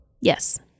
Yes